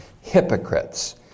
hypocrites